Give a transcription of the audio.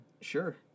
Sure